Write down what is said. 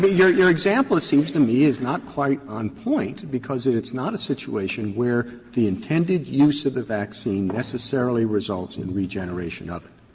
but your your example, it seems to me, is not quite on point because it's not a situation where the intended use of the vaccine necessarily results in regeneration of it.